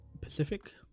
pacific